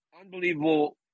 Unbelievable